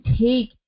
take